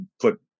put